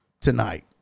tonight